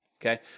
okay